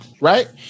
Right